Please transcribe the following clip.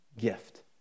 gift